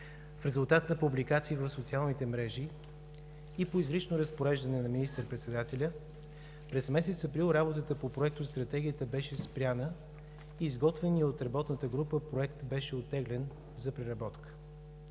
в резултат на публикации в социалните мрежи и по изричното разпореждане на министър-председателя, през месец април работата по Проектостратегията беше спряна и изготвеният от работната група проект беше оттеглен за преработка.